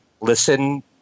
listen